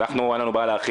אנחנו אין לנו בעיה להרחיב,